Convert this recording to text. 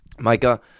Micah